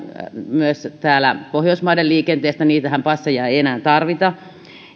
myös täällä pohjoismaiden liikenteestä niitä passejahan ei enää tarvita